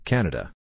Canada